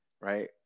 right